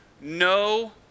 no